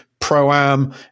pro-am